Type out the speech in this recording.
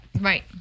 Right